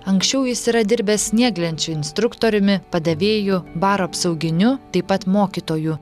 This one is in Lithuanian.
anksčiau jis yra dirbęs snieglenčių instruktoriumi padavėju baro apsauginiu taip pat mokytoju